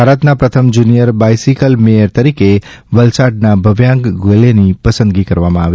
ભારતના પ્રથમ junior bicycle mayor તરીકે વલસાડના ભવ્યાંગ ગુગલીયાની પસંદગી કરવામાં આવી